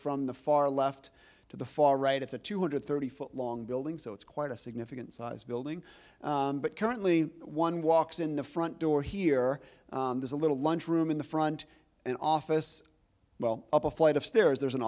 from the far left to the far right it's a two hundred thirty foot long building so it's quite a significant size building but currently one walks in the front door here there's a little lunchroom in the front an office well up a flight of stairs there's an